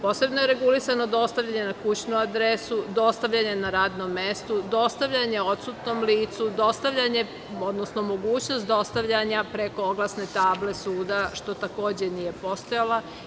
Posebno je regulisano dostavljanje na kućnu adresu, dostavljanje na radno mesto, dostavljanje odsutnom licu, dostavljanje, odnosno mogućnost dostavljanja preko oglasne table suda, što takođe nije postojalo.